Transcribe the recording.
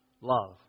love